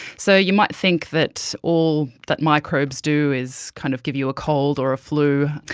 so you might think that all that microbes do is kind of give you a cold or a flu.